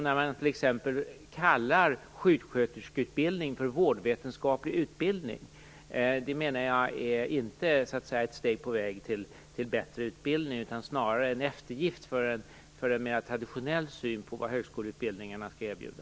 När man t.ex. kallar sjuksköterskeutbildning för vårdvetenskaplig utbildning, är det inte ett steg på vägen till bättre utbildning, utan snarare en eftergift åt en mera traditionell syn på vad högskoleutbildningarna skall erbjuda.